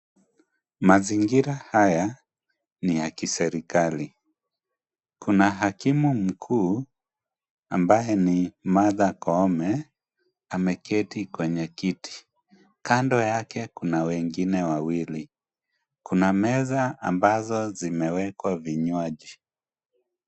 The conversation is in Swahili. Mazingira haya ni ya kiserikali, kuna hakimu mkuu ambaye ni Martha Koome, ameketi kwenye kiti, kando yake kuna wengine wawili, kuna meza ambazo zimewekwa vinywaji.